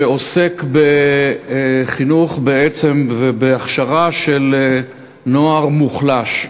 שעוסק בחינוך ובהכשרה של נוער מוחלש.